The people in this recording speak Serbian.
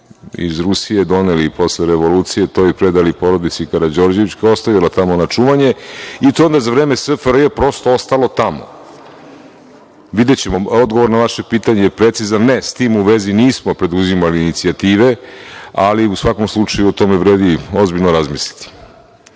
iz Rusije doneli posle revolucije to i predali porodici Karađorđević, koja je ostavila tamo na čuvanje i to je onda za vreme SFRJ prosto ostalo tamo. Videćemo. Precizan odgovor na vaše pitanje je - ne, s tim u vezi nismo preduzimali inicijative, ali, u svakom slučaju o tome vredi ozbiljno razmisliti.